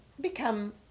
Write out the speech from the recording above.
become